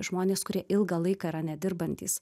žmonės kurie ilgą laiką yra nedirbantys